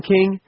King